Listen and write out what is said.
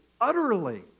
utterly